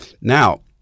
Now